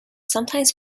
sometimes